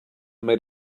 made